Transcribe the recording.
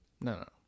No